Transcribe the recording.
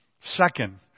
Second